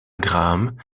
graham